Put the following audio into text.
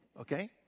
Okay